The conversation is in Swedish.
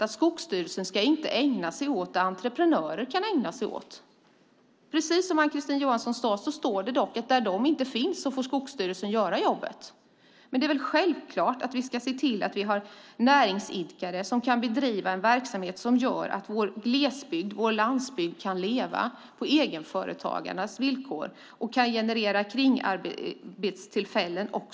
Skogsstyrelsen ska inte ägna sig åt det entreprenörer kan ägna sig åt. Men som Ann-Kristine Johansson sade står det att där sådana inte finns får Skogsstyrelsen göra jobbet. Det är dock självklart att vi ska se till att vi har näringsidkare som kan bedriva en verksamhet som gör att vår glesbygd och landsbygd kan leva på egenföretagarnas villkor och också generera kringarbetstillfällen.